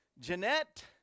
Jeanette